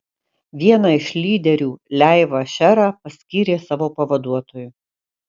vieną iš lyderių leivą šerą paskyrė savo pavaduotoju